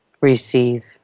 receive